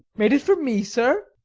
made it for me, sir!